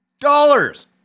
dollars